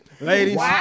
ladies